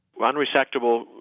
Unresectable